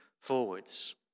forwards